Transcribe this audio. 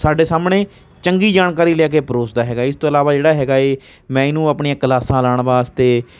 ਸਾਡੇ ਸਾਹਮਣੇ ਚੰਗੀ ਜਾਣਕਾਰੀ ਲੈ ਕੇ ਪ੍ਰੋਸਦਾ ਹੈਗਾ ਏ ਇਸ ਤੋਂ ਇਲਾਵਾ ਜਿਹੜਾ ਹੈਗਾ ਏ ਮੈਂ ਇਹਨੂੰ ਆਪਣੀਆਂ ਕਲਾਸਾਂ ਲਾਣ ਵਾਸਤੇ